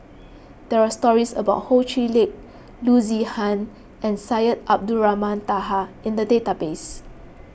there are stories about Ho Chee Lick Loo Zihan and Syed Abdulrahman Taha in the database